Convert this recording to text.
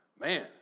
man